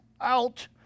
out